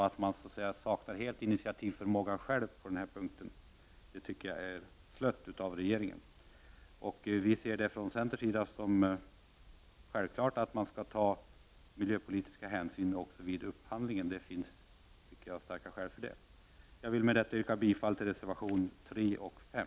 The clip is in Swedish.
Att den själv helt saknar initiativförmåga på den här punkten tycker jag är slött av regeringen. Vi ser det från centerns sida som självklart att man skall ta miljöpolitiska hänsyn också vid upphandling. Det finns, tycker jag, starka skäl för det. Jag vill med detta yrka bifall till reservationerna 3 och 5.